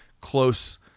close